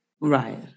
Right